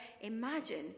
imagine